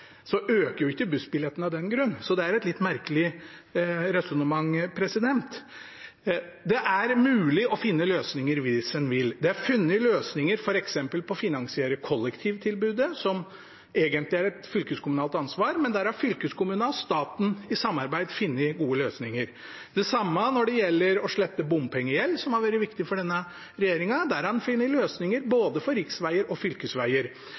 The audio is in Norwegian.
øker jo ikke prisen på bussbilletten av den grunn. Så det er et litt merkelig resonnement. Det er mulig å finne løsninger hvis en vil. Det er funnet løsninger f.eks. for å finansiere kollektivtilbudet, som egentlig er et fylkeskommunalt ansvar, men der har fylkeskommunene og staten i samarbeid funnet gode løsninger. Det samme er tilfellet når det gjelder å slette bompengegjeld, som har vært viktig for denne regjeringen. Der har en funnet løsninger både for riksveger og